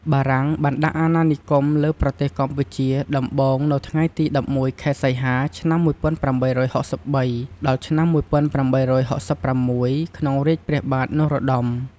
បារាំងបានដាក់អាណានិគមលើ ប្រទេសកម្ពុជាដំបូងនៅថ្ងៃទី១១ ខែសីហា ឆ្នាំ ១៨៦៣ ដល់ឆ្នាំ ១៨៦៦ ក្នុងរាជព្រះបាទ នរោត្តម។